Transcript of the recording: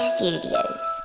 Studios